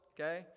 Okay